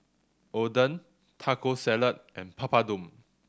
Oden Taco Salad and Papadum